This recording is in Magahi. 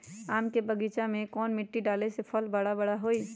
आम के बगीचा में कौन मिट्टी डाले से फल बारा बारा होई?